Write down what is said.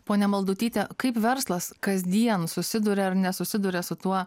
ponia maldutyte kaip verslas kasdien susiduria ar nesusiduria su tuo